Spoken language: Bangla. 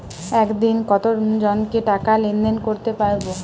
একদিন কত জনকে টাকা লেনদেন করতে পারবো?